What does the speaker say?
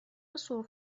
سرخ